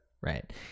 Right